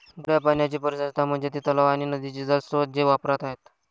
गोड्या पाण्याची परिसंस्था म्हणजे ती तलाव आणि नदीचे जलस्रोत जे वापरात आहेत